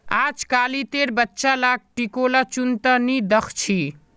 अजकालितेर बच्चा लाक टिकोला चुन त नी दख छि